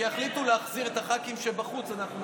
כשיחליטו להחזיר את הח"כים שבחוץ אנחנו נחזור.